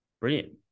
Brilliant